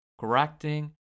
correcting